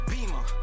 Beamer